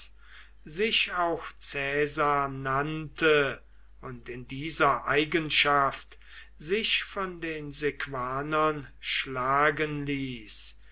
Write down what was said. sich auch caesar nannte und in dieser eigenschaft sich von den sequanern schlagen ließ